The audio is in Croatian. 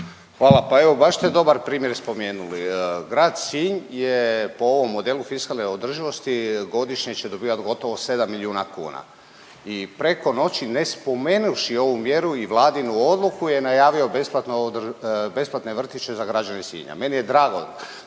Hvala. Pa evo, baš ste dobar primjer i spomenuli. Grad Sinj je po ovom modelu fiskalne održivosti godišnje će dobivati gotovo 7 milijuna kuna i preko noći ne spomenuvši ovu mjeru i Vladinu odluku je najavio besplatne vrtiće za građane Sinja. Meni je drago,